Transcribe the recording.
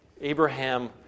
Abraham